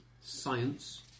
science